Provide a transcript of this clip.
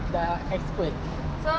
dah expert